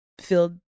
filled